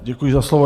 Děkuji za slovo.